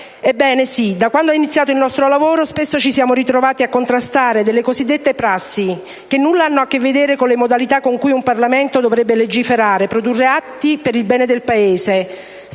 Ebbene, sì, da quando è iniziato il nostro lavoro spesso ci siamo ritrovati a contrastare delle cosiddette prassi, che nulla hanno a che vedere con le modalità con cui un Parlamento dovrebbe legiferare e produrre atti per il bene del Paese.